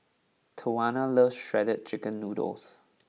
Tawanna loves Shredded Chicken Noodles